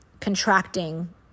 contracting